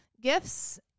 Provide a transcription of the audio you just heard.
gifts